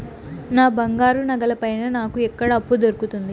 నా బంగారు నగల పైన నాకు ఎక్కడ అప్పు దొరుకుతుంది